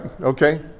Okay